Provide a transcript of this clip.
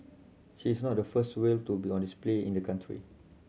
she is not the first whale to be on display in the country